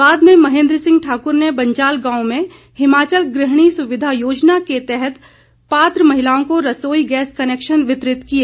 बाद मं महेन्द्र सिंह ठाकुर ने बंजाल गावं में हिमाचल गृहिणी सुविधा योजना के तहत पात्र महिलाओं को रसोई गैस कनैक्शन वितरित किए